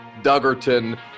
Duggerton